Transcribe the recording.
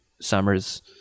summers